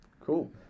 Cool